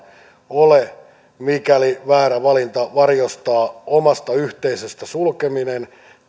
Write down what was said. mikäli väärää valintaa varjostaa omasta yhteisöstä sulkeminen